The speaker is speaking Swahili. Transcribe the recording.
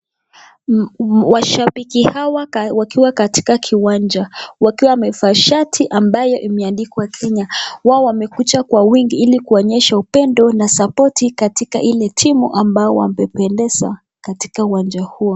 Washabiki hawa wakiwa katika kiwanja, wakiwa wamevaa shati ambayo imeandikwa Kenya, wao wamekuja kwa wingi ili kuonyesha upendo na sapoti katika ile timu ambayo wamependezwa katika uwanja huo.